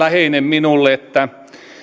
läheinen minulle että